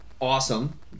awesome